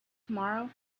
tomorrow